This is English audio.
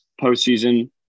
postseason